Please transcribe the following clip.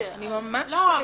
לא,